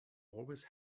always